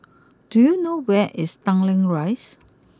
do you know where is Tanglin Rise